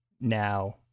now-